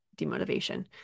demotivation